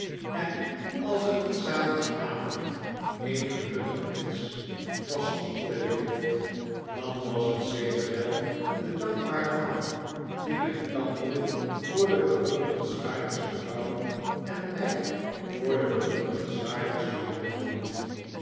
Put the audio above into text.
en als er dien zaterdagavond een gelukkig mensch was op de wereld dan was het zeker wel de dankbare man die mijn tante voor de bewonderenswaardigste vrouw en mij voor den bewonderenswaardigsten jongeman hield